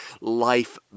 life